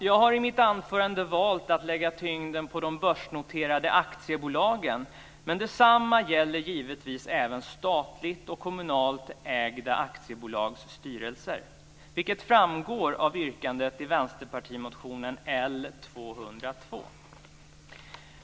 Jag har i mitt anförande valt att lägga tyngden på de börsnoterade aktiebolagen, men detsamma gäller givetvis även statligt och kommunalt ägda aktiebolags styrelser, vilket framgår av yrkandet i Vänsterpartiets motion L202.